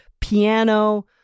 piano